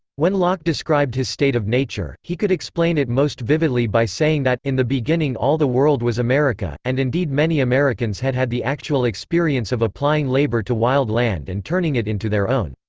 when locke described his state of nature, he could explain it most vividly by saying that in the beginning all the world was america. and indeed many americans had had the actual experience of applying labor to wild land and turning it into their own.